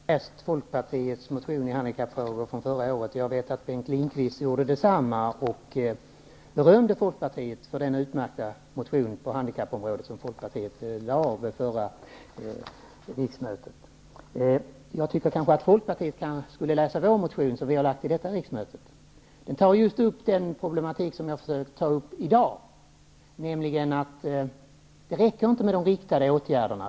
Fru talman! Jag har läst Folkpartiets partimotion om handikappfrågor. Jag vet att Bengt Lindqvist också läst den och berömde folkpartiet för denna utmärkta motion på handikappområdet. Jag tycker att folkpartisterna skall läsa vår motion som väckts under detta riksmöte. Där tar vi upp den problematik som jag tar upp i dag, nämligen att det inte räcker med de riktade åtgärderna.